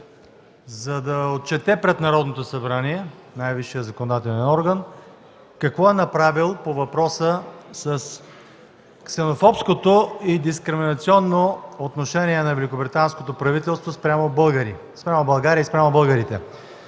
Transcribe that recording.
за да отчете пред Народното събрание – най-висшия законодателен орган, какво е направил по въпроса с ксенофобското и дискриминационно отношение на великобританското правителство спрямо България и спрямо българите.